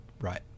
right